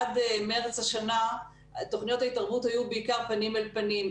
עד מארס השנה תכניות ההתערבות היו בעיקר פנים אל פנים,